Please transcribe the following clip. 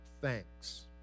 thanks